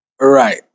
Right